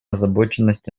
озабоченности